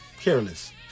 careless